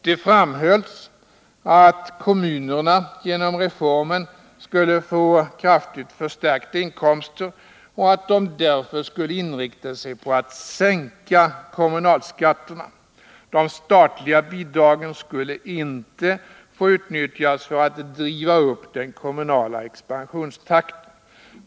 Det framhölls att kommunerna genom reformen skulle få kraftigt förstärkta inkomster och att man därför skulle inrikta sig på att sänka kommunalskatterna. De statliga bidragen skulle inte få utnyttjas för att driva upp den kommunala expansionstakten.